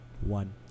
one